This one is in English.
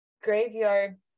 Graveyard